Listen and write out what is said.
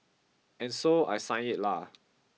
and so I signed it lah